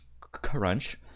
crunch